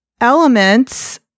elements